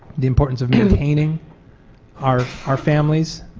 the importance of maintaining our our families,